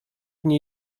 nie